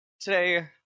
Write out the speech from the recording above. Today